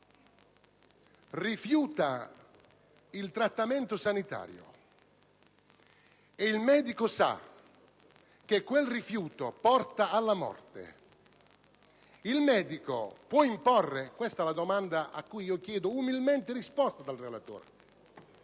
di volere rifiuta il trattamento sanitario e il medico sa che quel rifiuto porta alla morte, il medico può imporre? Questa è la domanda a cui io chiedo umilmente risposta al relatore.